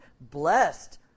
Blessed